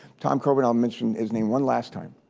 tom corbett, i'll mention his name one last time.